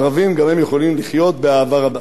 הערבים גם הם יכולים לחיות באהבה רבה.